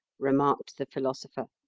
remarked the philosopher.